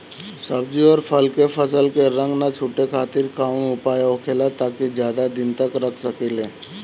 सब्जी और फल के फसल के रंग न छुटे खातिर काउन उपाय होखेला ताकि ज्यादा दिन तक रख सकिले?